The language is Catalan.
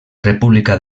república